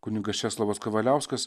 kunigas česlovas kavaliauskas